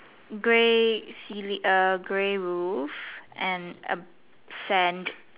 grey ceiling err grey roof and a sand